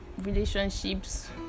relationships